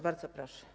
Bardzo proszę.